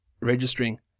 registering